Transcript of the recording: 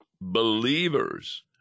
believers